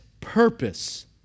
purpose